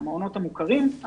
המעונות המוכרים,